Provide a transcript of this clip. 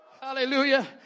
hallelujah